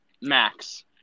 Max